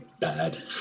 bad